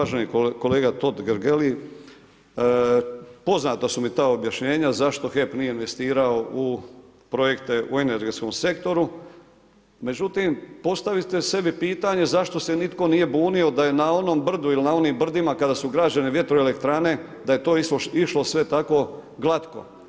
Uvaženi kolega Totgergeli, poznata su mi ta objašnjenja zašto HEP nije investirao u projekte, u energetskom sektoru, međutim, postavite sebi pitanje, zašto se nitko nije bunio da je onom brdu ili na onim brdima kada su građani vjetroelektrane, da je to išlo sve tako glatko.